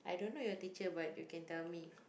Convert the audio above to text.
I don't knwo your teacher but you can tell me